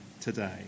today